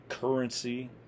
Currency